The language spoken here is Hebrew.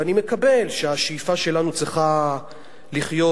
ואני מקבל שהשאיפה שלנו צריכה להיות לחיות,